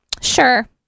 Sure